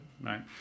right